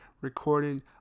recording